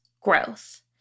growth